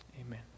amen